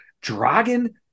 Dragon